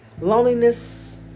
loneliness